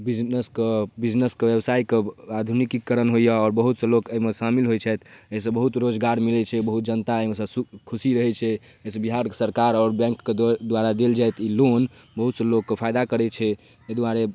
बिजनेसके बिजनेसके व्यवसायके आधुनकीकरण होइया आओर बहुत सा लोकि एहिमे शामिल होइ छथि जाहिसऽ बहुत रोजगार मिलै छै बहुत जनता एहिमे खुशी रहै छै जाहिसऽ बिहारके सरकार आओर बैंकके द्वारा ई देल जाइत ई लोन बहुत सऽ लोकके फायदा करै छै एहि दुआरे